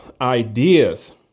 ideas